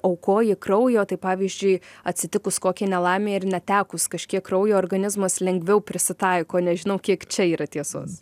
aukoji kraujo tai pavyzdžiui atsitikus kokiai nelaimei ir netekus kažkiek kraujo organizmas lengviau prisitaiko nežinau kiek čia yra tiesos